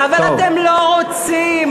אבל אתם לא רוצים.